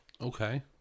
Okay